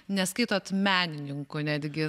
neskaitot menininku netgi